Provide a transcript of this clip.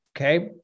okay